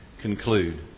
conclude